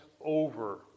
over